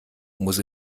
muss